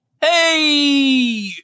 Hey